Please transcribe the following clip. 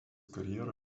karjerą